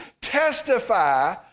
testify